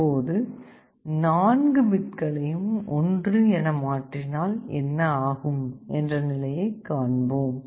தற்போது 4 பிட்களையும் 1 என மாற்றினால் என்ன ஆகும் என்ற நிலையை காண்போம்